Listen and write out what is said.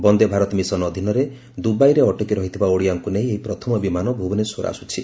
Vande Bharat mission ଅଧୀନରେ ଉପସାଗରୀୟ ଦେଶରେ ଅଟକି ରହିଥିବା ଓଡିଆଙ୍କୁ ନେଇ ଏହି ପ୍ରଥମ ବିମାନ ଭୁବନେଶ୍ୱର ଆସୁଛି